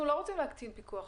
אנחנו לא רוצים להקטין פיקוח,